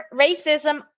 racism